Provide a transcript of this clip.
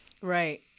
Right